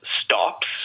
stops